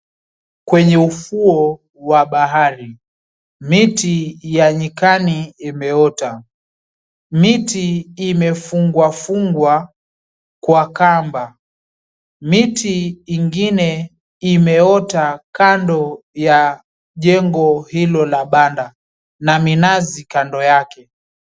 Kwenye ufuo wa bahari, miti ya nyikani imeota. Miti imefungwa fungwa kwa kamba. Miti ingine imeota kando ya jengo hilo la banda na minazi kando yake.